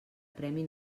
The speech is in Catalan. premi